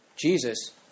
Jesus